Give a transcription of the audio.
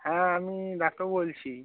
হ্যাঁ আমি ডাক্তারবাবু বলছি